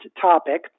topic